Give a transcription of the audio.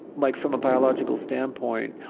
like from a biological standpoint,